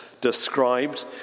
described